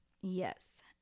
Yes